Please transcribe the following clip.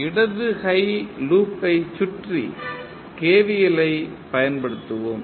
இடது கை லூப்பைச்சுற்றி KVL ஐ பயன்படுத்துவோம்